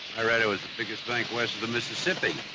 i read it was the biggest bank west of the mississippi.